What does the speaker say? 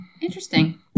Interesting